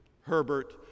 Herbert